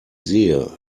sehe